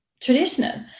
traditional